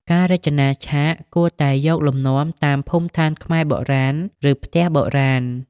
ការរចនាឆាក គួរតែយកលំនាំតាមភូមិឋានខ្មែរបុរាណ ឬផ្ទះបុរាណ។